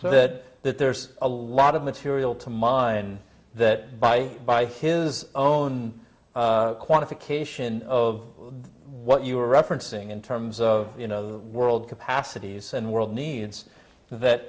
so that that there's a lot of material to mine that by by his own quantification of what you were referencing in terms of you know the world capacities and world needs that